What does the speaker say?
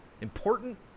important